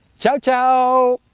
ciao-ciao.